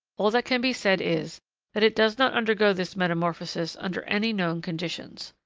all that can be said is that it does not undergo this metamorphosis under any known conditions.